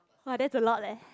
!wah! that's a lot leh